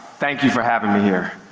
thank you for having me here.